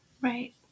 right